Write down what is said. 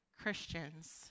Christians